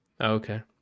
Okay